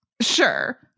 Sure